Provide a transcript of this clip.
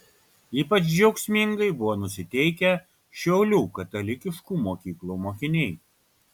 ypač džiaugsmingai buvo nusiteikę šiaulių katalikiškų mokyklų mokiniai